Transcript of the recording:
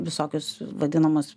visokius vadinamus